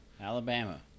Alabama